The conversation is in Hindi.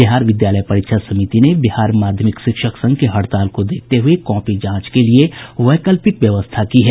बिहार विद्यालय परीक्षा समिति ने बिहार माध्यमिक शिक्षक संघ की हड़ताल को देखते हुए कॉपी जांच के लिए वैकल्पिक व्यवस्था की है